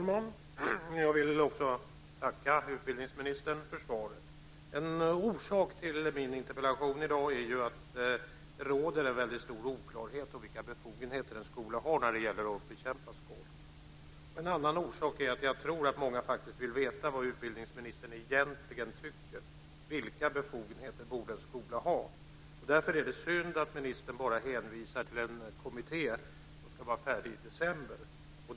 Fru talman! Jag vill tacka utbildningsministern för svaret. En orsak till min interpellation i dag är att det råder en väldigt stor oklarhet om vilka befogenheter en skola har när det gäller att bekämpa skolk. En annan orsak är att jag tror att många faktiskt vill veta vad utbildningsministern egentligen tycker. Vilka befogenheter borde en skola ha? Därför är det synd att ministern bara hänvisar till en kommitté som ska vara färdig med sitt arbete i december.